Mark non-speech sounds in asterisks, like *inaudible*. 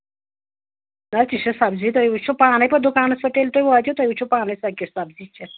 *unintelligible* سَبزی تُہۍ وٕچھِو پانَے پَتہٕ دُکانَس پٮ۪ٹھ ییٚلہِ تُہۍ وٲتِو تُہۍ وٕچھِو پانَے سۄ کِژھ سَبزی چھےٚ